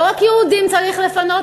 לא רק יהודים צריך לפנות,